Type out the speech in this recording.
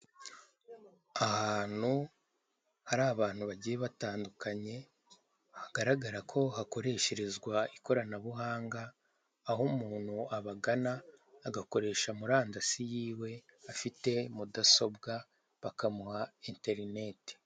Ahantu hari abantu bagiye batandukanye hagaragara ko hakoreshezwa ikoranabuhanga aho umuntu abagana agakoresha murandasi yiwe afite mudasobwa bakamuha interineti.